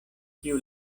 kiu